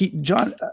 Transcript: John